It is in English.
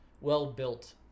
well-built